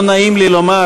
לא נעים לי לומר,